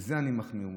בזה אני מחמיר מאוד.